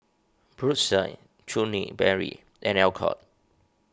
Brotzeit Chutney Mary and Alcott